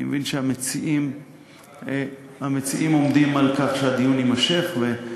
אני מבין שהמציעים עומדים על כך שהדיון יימשך,